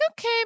okay